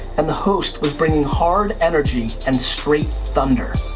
and the host was bringing hard energy and straight thunder.